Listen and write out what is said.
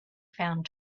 found